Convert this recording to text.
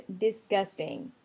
disgusting